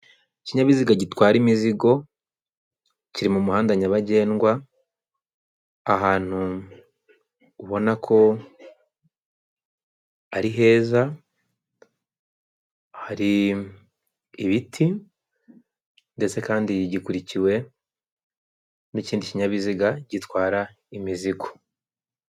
Ikinyabiziga gitwara imizigo, kiri mu muhanda nyabagendwa, ahantu ubona ko ari heza, hari ibiti, ndetse kandi gikurikiwe n'ikindi kinyabiziga gitwara imizigo.